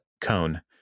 cone